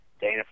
Dana